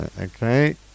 Okay